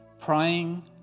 praying